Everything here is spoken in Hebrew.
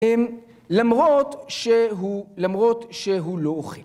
למרות שהוא, למרות שהוא לא אוכל.